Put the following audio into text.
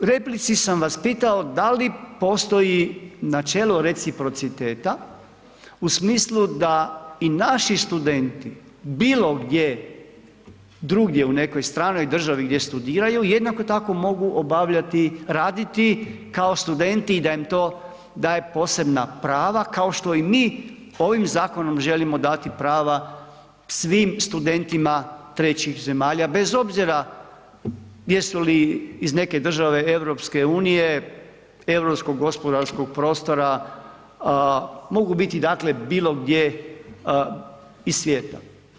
U replici sam vas pitao da li postoji načelo reciprociteta u smislu da i naši studenti bilo gdje drugdje, u nekoj stranoj državi gdje studiraju, jednako tako mogu obavljati, raditi kao studenti i da nam to daje posebna prava kao što i mi ovim zakonom želimo dati prava svim studentima trećih zemalja bez obzira jesu li iz neke države EU, europskog gospodarskog prostora, mogu biti dakle bilo gdje iz svijeta.